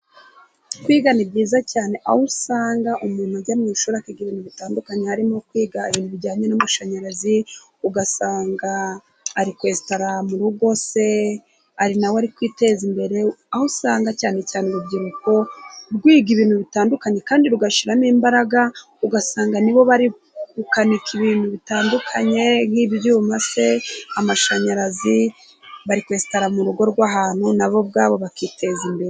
Kwiga ni byiza cyane aho usanga umuntu ajya mu ishuri akiga ibintu bitandukanye, harimo kwiga ibintu bijyanye n'amashanyarazi, ugasanga ari kwestara mu rugo se na we ari kwiteza imbere, aho usanga cyane cyane urubyiruko rwiga ibintu bitandukanye kandi rugashyiramo imbaraga, ugasanga ni bo bari gukanika ibintu bitandukanye nk'ibyuma se amashanyarazi, bari kwestara mu rugo rw'ahantu na bo ubwabo bakiteza imbere.